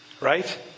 right